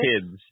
kids